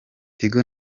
tigo